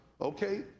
okay